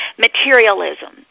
materialism